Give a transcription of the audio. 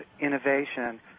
innovation